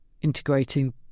Integrating